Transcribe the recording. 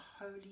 Holy